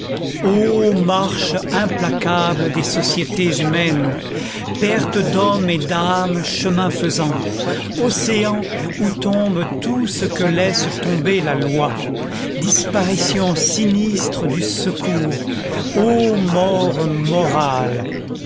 marche implacable des sociétés humaines pertes d'hommes et d'âmes chemin faisant océan où tombe tout ce que laisse tomber la loi disparition sinistre du secours ô mort morale